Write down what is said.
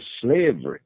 slavery